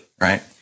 right